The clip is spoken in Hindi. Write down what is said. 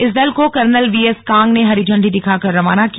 इस दल को कर्नल वीएस कांग ने हरी झंडी दिखाकर रवाना किया